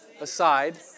aside